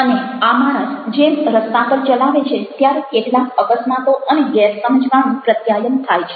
અને આ માણસ જેમ રસ્તા પર ચલાવે છે ત્યારે કેટલાક અકસ્માતો અને ગેરસમજવાળું પ્રત્યાયન થાય છે